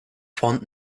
fond